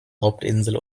hauptinsel